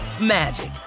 magic